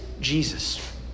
Jesus